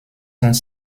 sont